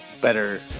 better